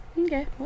Okay